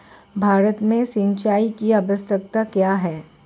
भारत में सिंचाई की आवश्यकता क्यों है?